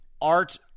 Art